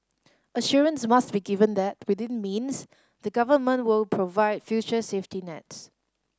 assurance must be given that within means the government will provide future safety nets